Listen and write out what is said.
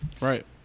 right